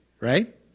Right